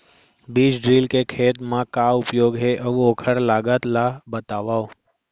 बीज ड्रिल के खेत मा का उपयोग हे, अऊ ओखर लागत ला बतावव?